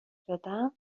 بدم